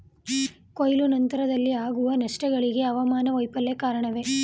ಕೊಯ್ಲು ನಂತರದಲ್ಲಿ ಆಗುವ ನಷ್ಟಗಳಿಗೆ ಹವಾಮಾನ ವೈಫಲ್ಯ ಕಾರಣವೇ?